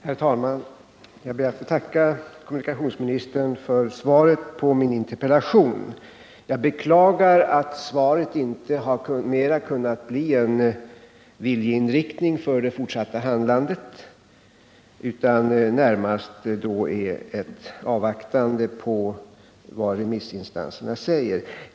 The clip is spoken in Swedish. Herr talman! Jag ber att få tacka kommunikationsministern för svaret på min interpellation. Jag beklagar att svaret inte har kunnat innehålla mer av en viljeinriktning för det fortsatta handlandet utan närmast innebär att kommunikationsministern skall avvakta vad remissinstanserna säger.